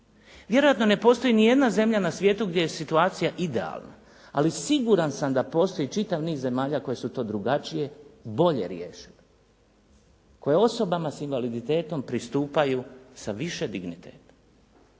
Vjerojatno ne postoji nijedna zemlja na svijetu gdje je situacija idealna, ali siguran sam da postoji čitav niz zemalja koje su to drugačije i bolje riješile, koje osobama s invaliditetom pristupaju sa više digniteta.